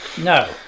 No